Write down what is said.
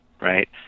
Right